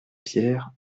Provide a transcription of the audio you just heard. pierre